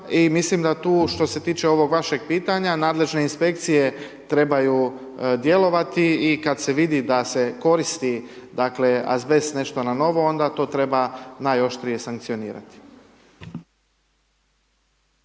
Mislim da tu što se tiče ovog vašeg pitanja nadležne inspekcije trebaju djelovati i kad se vidi da se koristi azbest nešto na novo onda to treba najoštrije sankcionirati.